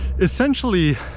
essentially